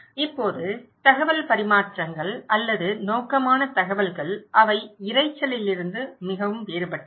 இப்போது தகவல் பரிமாற்றங்கள் அல்லது நோக்கமான தகவல்கள் அவை இரைச்சலிலிருந்து மிகவும் வேறுபட்டவை